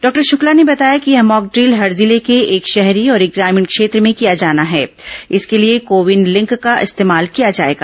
doctor Shukla ने बताया कि यह मॉकड़िल हर जिले के एक शहरी और एक ग्रामीण क्षेत्र में किया जाना है इसके लिए को विन लिंक का इस्तेमाल किया जाएगा